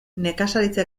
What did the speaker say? nekazaritza